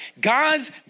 God's